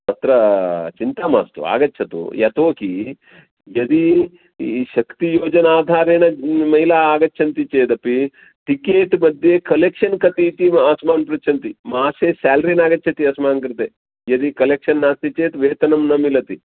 तत्र चिन्ता मास्तु आगच्छतु यतो हि यदि शक्तियोजना आधारेण महिलाः आगच्छन्ति चेदपि टिकेट् मध्ये कलेक्षन् कति इति अस्मान् पृच्छन्ति मासे स्यालरी नागच्छति अस्मान् कृते यदि कलेक्षन् नास्ति चेत् वेतनं न मिलति